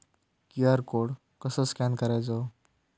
QR code कसो scan करायचो?